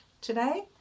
today